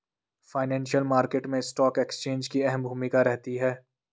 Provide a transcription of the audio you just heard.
financial market मैं stock exchange की अहम भूमिका रहती है